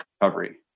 recovery